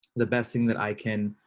the best thing that i can